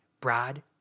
Brad